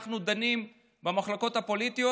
כשאנחנו דנים במחלוקות הפוליטיות.